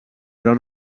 però